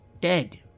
dead